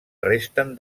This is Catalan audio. resten